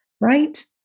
right